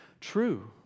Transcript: true